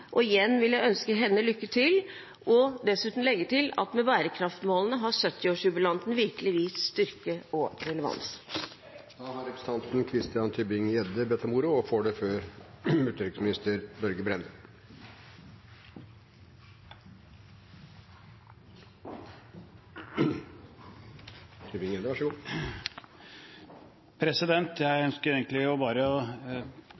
Igjen vil jeg ønske henne lykke til og dessuten legge til at med bærekraftsmålene har 70-årsjubilanten virkelig vist styrke og relevans.